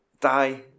die